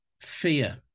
fear